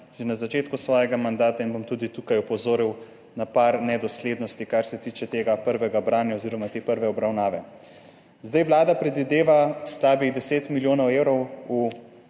že na začetku svojega mandata in bom tudi tukaj opozoril na par nedoslednosti, kar se tiče tega prvega branja oziroma te prve obravnave. Vlada predvideva slabih 10 milijonov evrov v